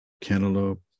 cantaloupe